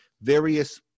various